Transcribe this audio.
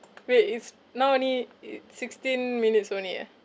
wait it's now only it's sixteen minutes only ah